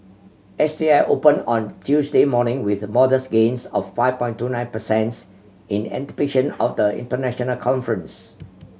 S T I opened on Tuesday morning with modest gains of five point two nine percents in anticipation of the international conference